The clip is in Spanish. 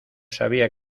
sabía